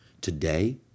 today